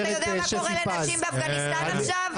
אתה יודע מה קורה לנשים באפגניסטאן עכשיו?